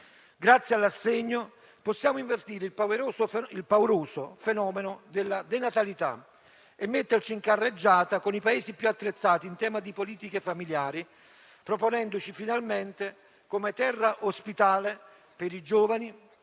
Grazie all'assegno possiamo invertire il pauroso fenomeno della denatalità e metterci in carreggiata con i Paesi più attrezzati in tema di politiche familiari, proponendoci finalmente come terra ospitale per i giovani,